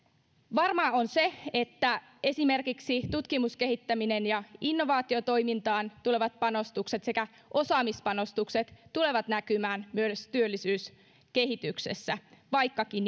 varmaa on se että esimerkiksi tutkimus kehittämis ja innovaatiotoimintaan tulevat panostukset sekä osaamispanostukset tulevat näkymään myös työllisyyskehityksessä vaikkakaan